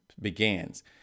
begins